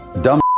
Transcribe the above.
Dumb